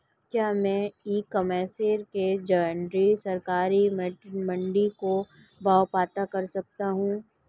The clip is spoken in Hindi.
क्या मैं ई कॉमर्स के ज़रिए सरकारी मंडी के भाव पता कर सकता हूँ?